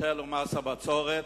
היטל ומס הבצורת,